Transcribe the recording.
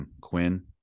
Quinn